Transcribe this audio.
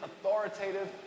authoritative